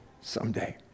someday